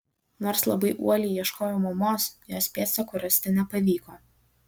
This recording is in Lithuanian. nors labai uoliai ieškojau mamos jos pėdsakų rasti nepavyko